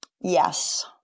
Yes